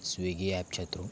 Swiggy ॲपच्या through